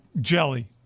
jelly